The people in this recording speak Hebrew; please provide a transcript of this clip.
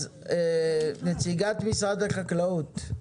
נציגת משרד החקלאות,